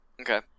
Okay